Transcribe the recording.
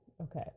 Okay